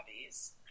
hobbies